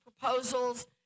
proposals